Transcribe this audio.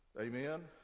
Amen